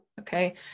okay